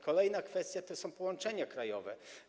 Kolejna kwestia to są połączenia krajowe.